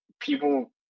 People